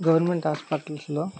government హాస్పిటల్స్లో